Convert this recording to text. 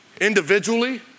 Individually